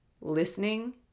listening